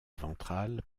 ventrale